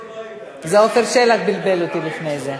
עפר שלח בלבל אותי לפני זה.